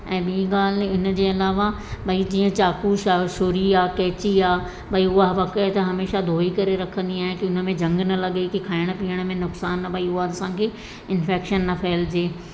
ऐं ॿी ॻाल्हि इन जे अलावा भई जीअं चाकू शा शुरी या कैची या भई उहा बकाईंदा हमेशा धोई करे रखंदी आहियां की उन में जंग न लॻे की खाइणु पीअण में नुक़सान न भई उहा असांखे इंफैंक्शन न फैलिजे